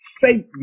faith